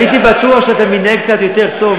הייתי בטוח שאתה מתנהג קצת יותר טוב.